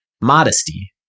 Modesty